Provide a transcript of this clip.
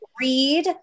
read